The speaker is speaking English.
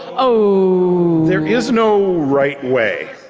oh! there is no right way.